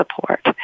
support